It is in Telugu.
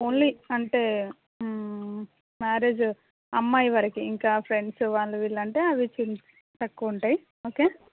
ఓన్లీ అంటే మ్యారేజు అమ్మాయి వరకే ఇంకా ఫ్రెండ్సు వాళ్ళు వీళ్ళంటే అవి కొం తక్కువుంటాయి ఓకే